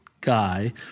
guy